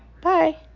Bye